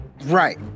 right